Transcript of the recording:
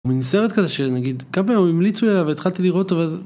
מן סרט כזה של נגיד כמה מהם המליצו עליו והתחלתי לראות אותו.